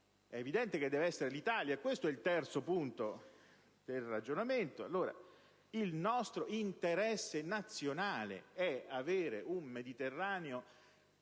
È evidente che deve essere l'Italia. Questo è il terzo punto del mio ragionamento: il nostro interesse nazionale è avere un Mediterraneo